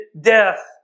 death